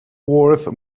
worth